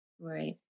Right